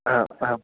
आम् आम्